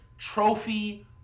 trophy